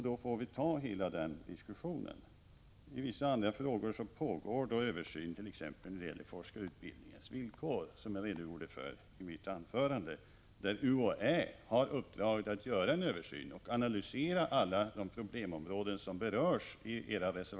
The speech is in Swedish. Då får vi ta hela den diskussionen. I vissa frågor pågår översyn, t.ex. när det gäller forskarutbildningens villkor, vilket jag redogjorde för i mitt anförande. UHÄ har uppdraget att göra en översyn och analysera hela detta område.